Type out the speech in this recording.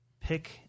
pick